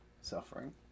suffering